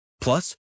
Plus